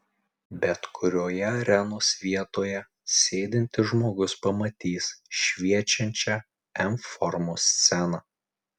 bet kurioje arenos vietoje sėdintis žmogus pamatys šviečiančią m formos sceną